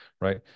right